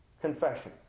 Confession